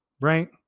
right